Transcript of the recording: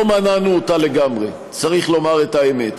לא מנענו אותה לגמרי, צריך לומר את האמת.